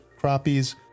crappies